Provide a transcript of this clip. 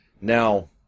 Now